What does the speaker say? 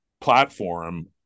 platform